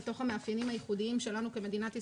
מתוך המאפיינים הייחודיים שלנו כמדינת ישראל.